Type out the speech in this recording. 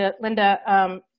Linda